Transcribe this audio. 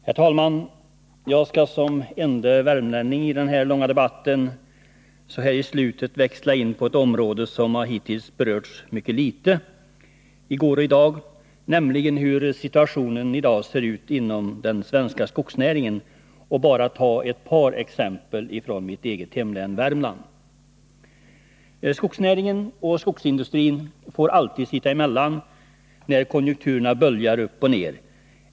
Herr talman! Jag skall som ende värmlänning i den här långa debatten så här i slutet växla in på ett område som hittills berörts mycket litet, nämligen hur situationen i dag ser ut inom den svenska skogsnäringen, och bara ta ett par exempel från mitt eget hemlän. Skogsnäringen och skogsindustrin får alltid sitta emellan när konjunkturerna böljar upp och ner.